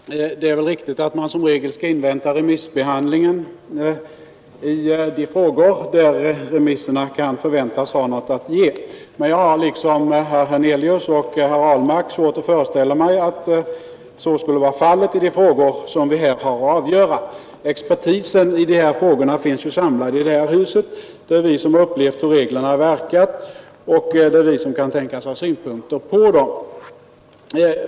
Herr talman! Det är väl riktigt att man som regel skall invänta remissbehandlingen i de sammanhang där remisserna kan förväntas ha något att ge, men jag har liksom herr Hernelius och herr Ahlmark svårt att föreställa mig att så skulle vara fallet i de frågor som vi här har att avgöra. Expertisen i detta fall finns ju samlad i det här huset. Det är vi som har upplevat hur reglerna har verkat, och det är vi som kan tänkas ha synpunkter på dem.